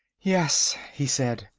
yes, he said,